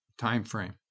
timeframe